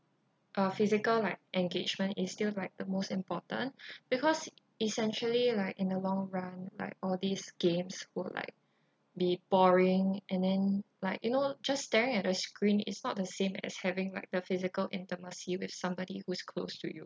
uh physical like engagement is still like the most important because essentially like in the long run like all these games will like be boring and then like you know just staring at a screen is not the same as having like the physical intimacy with somebody who is close to you